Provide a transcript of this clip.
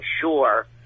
sure